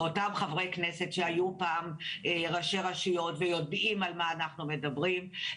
ואותם חברי כנסת שהיו פעם ראשי רשויות ויודעים על מה אנחנו מדברים,